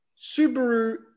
Subaru